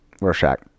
Rorschach